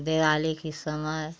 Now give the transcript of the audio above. दिवाली की समय